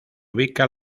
ubica